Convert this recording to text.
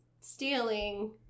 stealing